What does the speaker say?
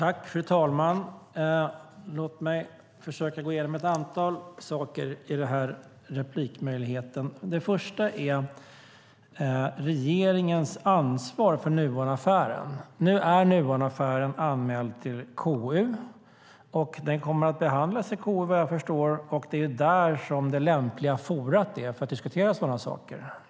Fru talman! Jag ska försöka gå igenom ett antal saker i den här repliken. Den första är regeringens ansvar för Nuonaffären. Nuonaffären är anmäld till KU. Vad jag förstår kommer den att behandlas i KU. Det är det lämpliga forumet att diskutera sådana saker.